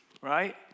Right